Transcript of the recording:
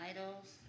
idols